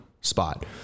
spot